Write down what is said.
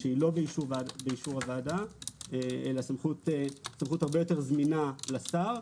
שלא באישור הוועדה אלא סמכות הרבה יותר זמינה לשר.